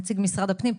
נציג משרד הפנים,